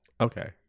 Okay